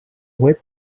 web